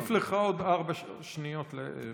אז אני אוסיף לך עוד ארבע שניות להסביר.